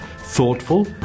thoughtful